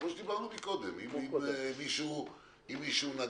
כמו שדיברנו קודם אם מישהו החליף,